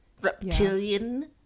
reptilian